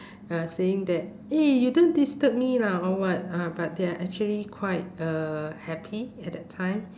uh saying that eh you don't disturb me lah or what uh but they're actually quite uh happy at that time